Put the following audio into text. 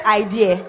idea